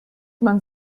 man